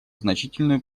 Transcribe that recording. значительную